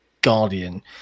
Guardian